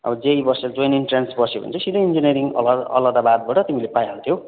अब जेइइ बस्यो join entrance बस्यो भने चाहिँ सिधै इन्जिनियरिङ अला अलाहाबादबाट तिमीले पाइहाल्थ्यौ